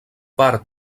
part